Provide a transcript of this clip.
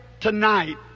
tonight